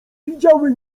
widziały